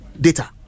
Data